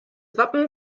wappen